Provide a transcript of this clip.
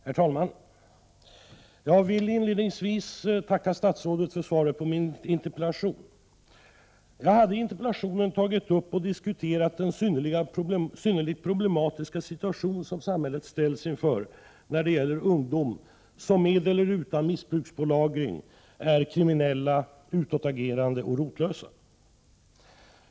Prot. 1988/89:49 Herr talman! Jag vill inledningsvis tacka statsrådet för svaret på min 11 januari 1989 interpellation. Jag har i interpellationen tagit upp och diskuterat den synnerligen problematiska situation som samhället ställts inför när det gäller ungdom som med eller utan missbrukspålagring är kriminell, utåtagerande och rotlös.